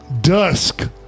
Dusk